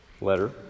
letter